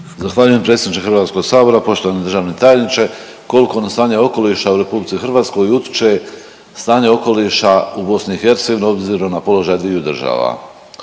Zahvaljujem predsjedniče HS-a. Poštovani državni tajniče. Kolko na stanje okoliša u RH utječe stanje okoliša u BiH obzirom na položaj dviju država?